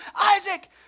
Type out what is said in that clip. Isaac